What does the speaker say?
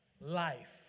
life